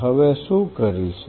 હવે શું કરીશું